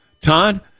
Todd